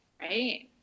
Right